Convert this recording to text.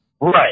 right